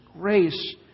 grace